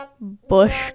bush